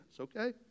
okay